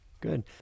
good